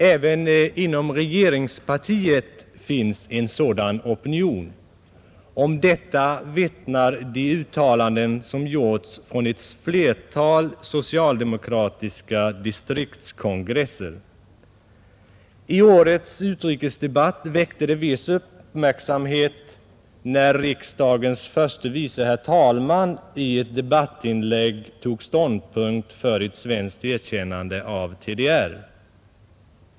Även inom regeringspartiet finns en sådan opinion, Om detta vittnar de uttalanden som gjorts på flera socialdemokratiska distriktskongresser. I årets utrikesdebatt väckte det en viss uppmärksamhet när riksdagens förste vice talman i ett debattinlägg tog ståndpunkt för ett svenskt erkännande av TDR.